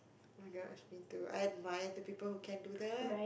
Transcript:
oh-my-gosh me too I admire the people who can do that